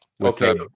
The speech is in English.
Okay